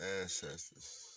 ancestors